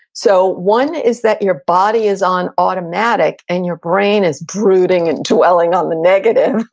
so one, is that your body is on automatic and your brain is brooding and dwelling on the negative.